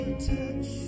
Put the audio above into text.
touch